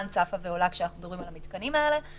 צפה ועולה כשאנחנו מדברים על המתקנים האלה.